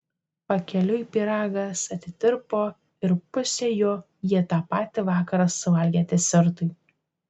pakeliui pyragas atitirpo ir pusę jo jie tą patį vakarą suvalgė desertui